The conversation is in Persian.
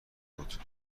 بود